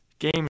game